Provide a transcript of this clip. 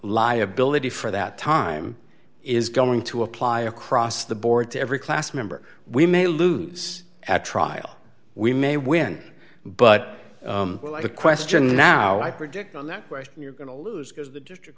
liability for that time is going to apply across the board to every class member we may lose at trial we may win but the question now i predict on that question you're going to lose because the district